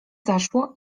zaszło